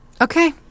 Okay